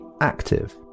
active